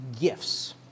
gifts